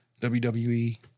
WWE